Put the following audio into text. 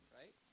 right